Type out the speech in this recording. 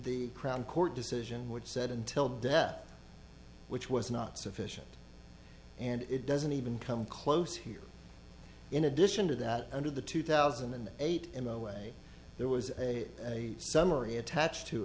the crown court decision which said until death which was not sufficient and it doesn't even come close here in addition to that under the two thousand and eight in a way there was a summary attached to